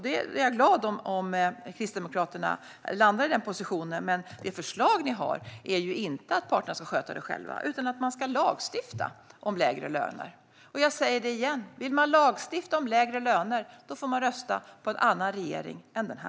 Jag är glad om Kristdemokraterna landar i den positionen. Men det förslag ni har är inte att parterna ska sköta frågan själva utan att man ska lagstifta om lägre löner. Jag säger det igen: Om man vill lagstifta om lägre löner får man rösta på en annan regering än denna.